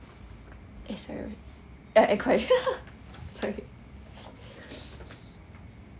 eh sorry eh enquiry sorry